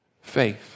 faith